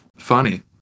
funny